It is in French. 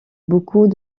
beaucoup